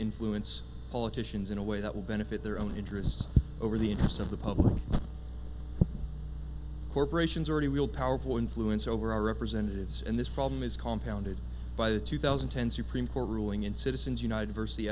influence politicians in a way that will benefit their own interests over the interests of the public corporations already real powerful influence over our representatives and this problem is compound it by the two thousand and ten supreme court ruling in citizens united versus the